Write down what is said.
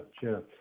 Sure